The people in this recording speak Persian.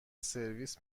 سرویس